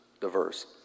diverse